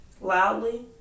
loudly